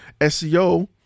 SEO